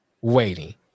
waiting